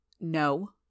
No